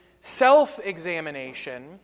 self-examination